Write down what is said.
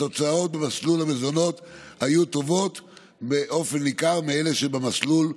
התוצאות במסלול המזונות היו טובות באופן ניכר מאלה שבמסלול הרגיל.